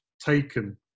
taken